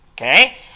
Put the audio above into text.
Okay